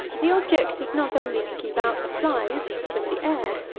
the object is not only to keep out the flies, but the air.